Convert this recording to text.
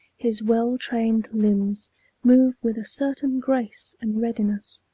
his well-trained limbs move with a certain grace and readiness,